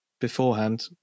beforehand